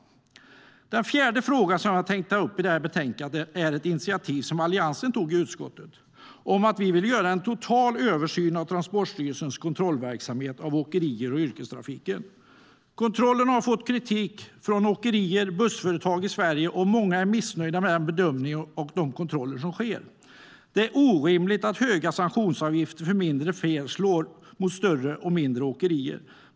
Den fjärde frågan i detta betänkande som jag tänkte ta upp gäller ett initiativ som Alliansen tog i utskottet om att vi vill göra en total översyn av Transportstyrelsens kontrollverksamhet av åkerierna och yrkestrafiken. Kontrollerna har fått kritik från åkerier och bussföretag i Sverige. Många är missnöjda med den bedömning och de kontroller som sker. Det är orimligt att höga sanktionsavgifter för mindre fel slår mot större och mindre åkerier.